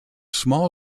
small